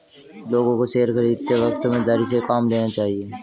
लोगों को शेयर खरीदते वक्त समझदारी से काम लेना चाहिए